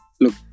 Look